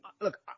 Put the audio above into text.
look